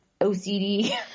OCD